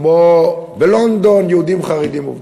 כמו בלונדון, יהודים חרדים עובדים.